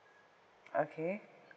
okay